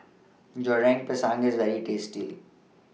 Goreng Pisang IS very tasty